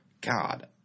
god